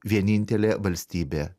vienintelė valstybė